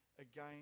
again